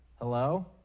Hello